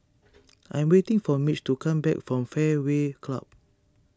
I am waiting for Mitch to come back from Fairway Club